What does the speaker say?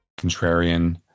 Contrarian